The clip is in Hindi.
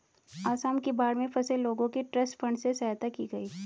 आसाम की बाढ़ में फंसे लोगों की ट्रस्ट फंड से सहायता की गई